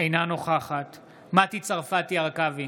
אינה נוכחת מטי צרפתי הרכבי,